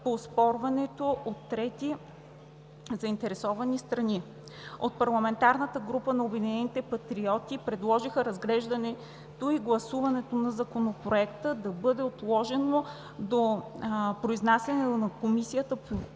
по оспорване от трети заинтересовани страни. От парламентарната група на „Обединените патриоти“ предложиха разглеждането и гласуването на Законопроекта да бъде отложено до произнасяне на Комисията по